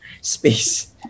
space